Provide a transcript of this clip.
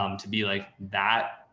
um to be like that.